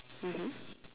mmhmm